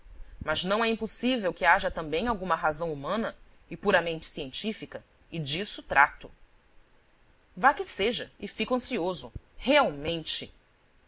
mas não é impossível que haja também alguma razão humana e puramente científica e disso trato vá que seja e fico ansioso realmente